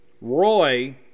Roy